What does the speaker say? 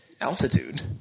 Altitude